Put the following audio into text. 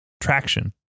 Traction